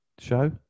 Show